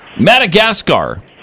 Madagascar